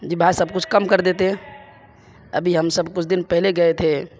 جی بھائی صاحب کچھ کم کر دیتے ابھی ہم سب کچھ دن پہلے گئے تھے